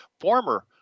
former